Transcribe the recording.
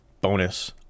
bonus